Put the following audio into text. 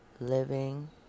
living